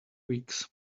weeks